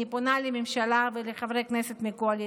אני פונה לממשלה ולחברי כנסת מהקואליציה,